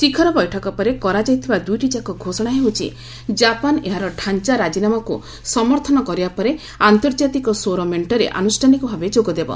ଶିଖର ବୈଠକ ପରେ କରାଯାଇଥିବା ଦୁଇଟିଯାକ ଘୋଷଣା ହେଉଛି ଜାପାନ୍ ଏହାର ଢାଞ୍ଚା ରାଜିନାମାକୁ ସମର୍ଥନ କରିବାପରେ ଆନ୍ତର୍ଜାତିକ ସୌର ମେଣ୍ଟରେ ଆନୁଷ୍ଠାନିକ ଭାବେ ଯୋଗ ଦେବ